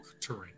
terrain